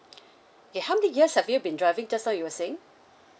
K how many years have you been driving just now you were saying